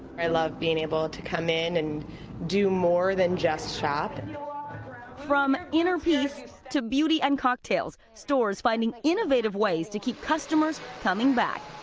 i love being able to come in and do more than just shop. reporter and from inner peace to beauty and cocktails, stores finding innovative ways to keep customers coming back.